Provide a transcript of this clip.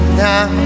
now